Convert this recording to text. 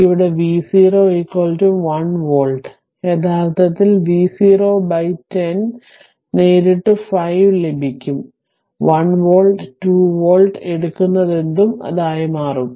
ഇവിടെ V0 1 volt യഥാർത്ഥത്തിൽ V0 1 0 നേരിട്ട് 5 ലഭിക്കും 1 വോൾട്ട് 2 വോൾട്ട് എടുക്കുന്നതെന്തും അത് ആയി മാറും